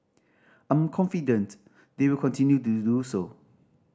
I'm confident they will continue to do so